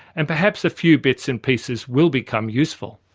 and perhaps a few bits and pieces will become useful.